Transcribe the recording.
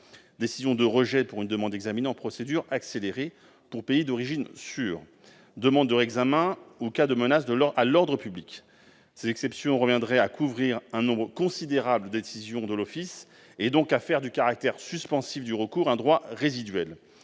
décision de rejet pour une demande examinée en procédure accélérée pour pays d'origine sûr, demande de réexamen ou menace à l'ordre public. En effet, ces exceptions reviendraient à couvrir un nombre considérable des décisions de l'OFII et donc à faire du caractère suspensif du recours un droit résiduel.